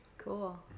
cool